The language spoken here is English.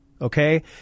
Okay